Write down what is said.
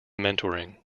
mentoring